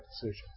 decisions